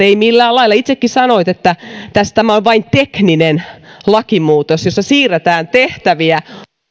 ei millään lailla itsekin sanoit että tämä on vain tekninen lakimuutos jossa siirretään tehtäviä